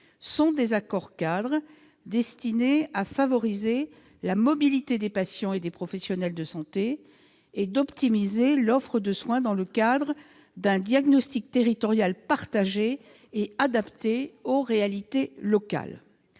sont des accords-cadres destinés à favoriser la mobilité des patients et des professionnels de santé et à optimiser l'offre de soins dans le cadre d'un diagnostic territorial partagé et adapté aux réalités locales.